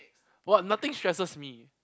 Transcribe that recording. what nothing stresses me